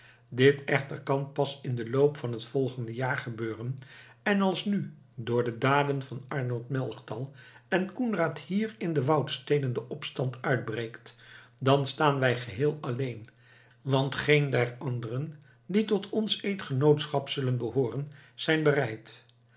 dit echter kan pas in den loop van het volgende jaar gebeuren en als nu door de daden van arnold melchtal en koenraad hier in de woudsteden de opstand uitbreekt dan staan wij geheel alleen want geen der anderen die tot ons eedgenootschap zullen behooren zijn bereid